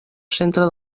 centre